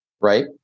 Right